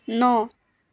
ন